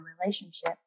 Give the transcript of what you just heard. relationship